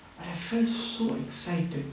but I felt so excited